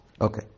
Okay